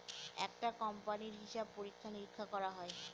একটা কোম্পানির হিসাব পরীক্ষা নিরীক্ষা করা হয়